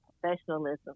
professionalism